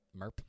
Merp